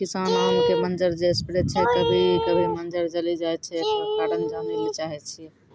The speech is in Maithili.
किसान आम के मंजर जे स्प्रे छैय कभी कभी मंजर जली जाय छैय, एकरो कारण जाने ली चाहेय छैय?